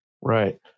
Right